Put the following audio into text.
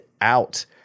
out